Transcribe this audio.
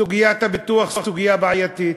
סוגיית הביטוח היא סוגיה בעייתית,